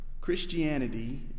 Christianity